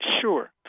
Sure